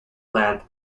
plant